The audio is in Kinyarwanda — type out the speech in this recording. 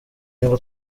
nibwo